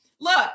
look